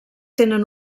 tenen